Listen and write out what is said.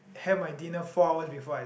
have my dinner four hours before I